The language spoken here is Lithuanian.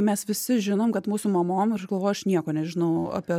mes visi žinom kad mūsų mamom ir aš galvoju aš nieko nežinau apie